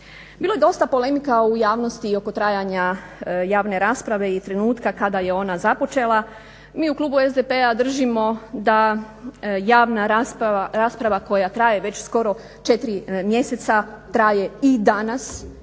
Bilo je dosta polemika u javnosti oko trajanja javne rasprave i trenutka kada je ona započela. Mi u klubu SDP-a držimo da javna rasprava koja traje već skoro 4 mjeseca traje i danas